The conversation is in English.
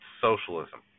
socialism